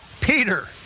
Peter